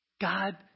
God